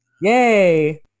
Yay